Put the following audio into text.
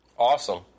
Awesome